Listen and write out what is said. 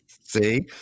See